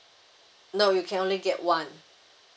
no you can only get one